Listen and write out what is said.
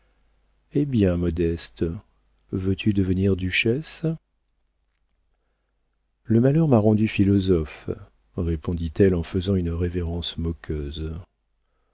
eh bien modeste veux-tu devenir duchesse le malheur m'a rendue philosophe répondit-elle en faisant une révérence moqueuse